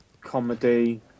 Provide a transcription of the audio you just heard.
comedy